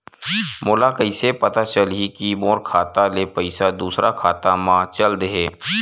मोला कइसे पता चलही कि मोर खाता ले पईसा दूसरा खाता मा चल देहे?